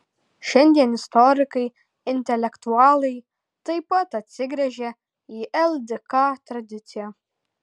šiandien istorikai intelektualai taip pat atsigręžią į ldk tradiciją